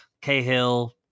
Cahill